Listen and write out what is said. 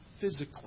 physically